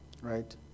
Right